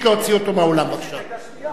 להוציא אותו מהאולם בבקשה.